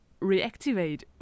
reactivate